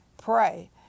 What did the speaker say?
pray